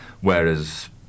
Whereas